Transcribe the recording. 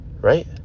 Right